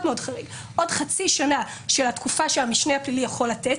עוד חצי שנה של התקופה שבה המשנה הפלילי יכול לתת,